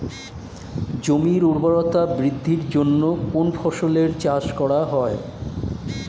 জমির উর্বরতা বৃদ্ধির জন্য কোন ফসলের চাষ করা হয়?